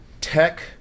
Tech